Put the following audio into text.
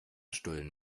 stullen